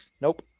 Nope